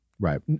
Right